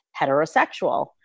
heterosexual